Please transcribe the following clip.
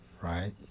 right